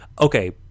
okay